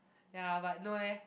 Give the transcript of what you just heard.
ya but no leh